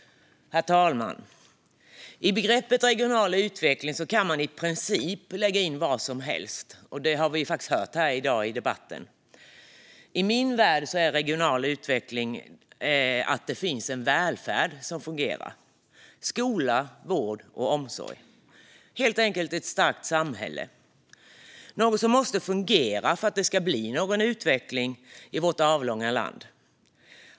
Herr talman! I begreppet regional utveckling kan man lägga in i princip vad som helst. Det har vi också hört i debatten i dag. I min värld innebär regional utveckling att det finns en välfärd - skola, vård och omsorg - som fungerar, helt enkelt ett starkt samhälle. Det måste fungera för att det ska kunna bli någon utveckling i vårt avlånga land.